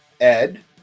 Ed